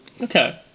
okay